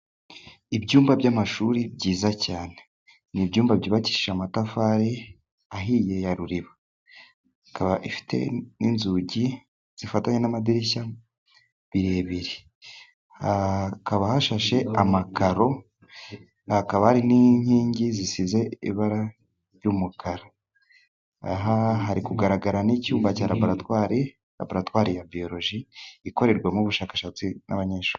Ibyumba by'amashuri byiza cyane. Ni ibyumba byubakishije amatafari ahiye ya ruriba. Bikaba i n'inzugi zifatanye n'amadirishya birebire. Hakaba hashashe amakaro, hakaba hari n'inkingi zisize ibara ry'umukara, hari kugaragara n'icyumba cya laboratwari, laboratwari ya biyoloji ikorerwamo ubushakashatsi n'abanyeshuri.